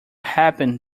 happen